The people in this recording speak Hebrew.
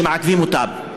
שמעכבים אותם.